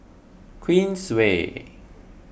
Queensway